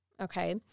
Okay